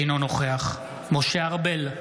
אינו נוכח משה ארבל,